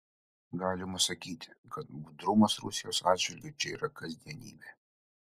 galima sakyti kad budrumas rusijos atžvilgiu čia yra kasdienybė